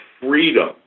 freedom